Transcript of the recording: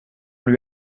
lui